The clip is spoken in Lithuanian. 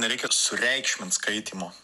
nereikia sureikšmint skaitymo